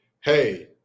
hey